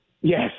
Yes